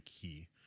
key